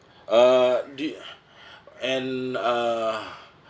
uh d~ and uh